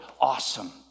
awesome